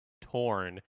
torn